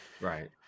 Right